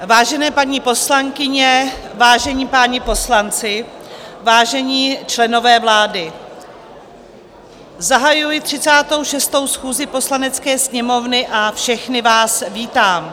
Vážené paní poslankyně, vážení páni poslanci, vážení členové vlády, zahajuji 36. schůzi Poslanecké sněmovny a všechny vás vítám.